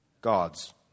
God's